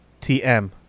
TM